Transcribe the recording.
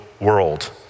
world